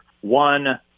One